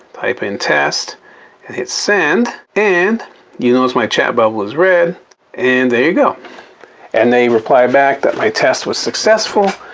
type in test and hit send and you notice my chat bubble is red and there you go and they replied back that my test was successful.